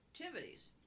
activities